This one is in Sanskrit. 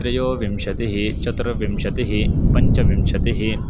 त्रयोविंशतिः चतुर्विंशतिः पञ्चविंशतिः